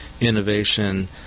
innovation